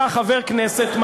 אתה חבר כנסת,